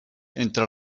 entre